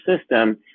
system